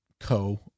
Co